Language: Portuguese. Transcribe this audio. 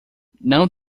não